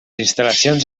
instal·lacions